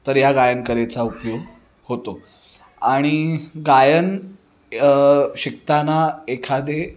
तर ह्या गायन कलेचा उपयोग होतो आणि गायन शिकताना एखादे